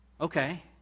Okay